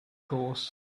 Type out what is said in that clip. course